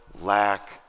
lack